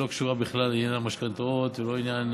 שלא קשורה בכלל לעניין המשכנתאות ולא לעניין